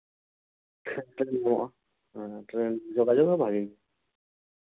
ᱦᱮᱸ ᱴᱨᱮᱹᱱ ᱦᱚᱸ ᱦᱮᱸ ᱴᱨᱮᱹᱱ ᱡᱳᱜᱟᱡᱳᱜᱽ ᱦᱚᱸ ᱵᱷᱟᱹᱜᱤ ᱜᱮᱭᱟ